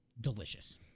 Delicious